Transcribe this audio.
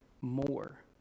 more